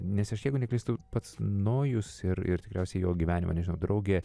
nes aš jeigu neklystu pats nojus ir ir tikriausiai jo gyvenimo draugė